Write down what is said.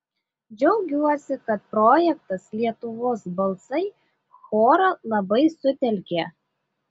džiaugiuosi kad projektas lietuvos balsai chorą labai sutelkė